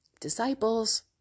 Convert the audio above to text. disciples